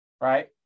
right